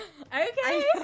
Okay